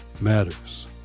matters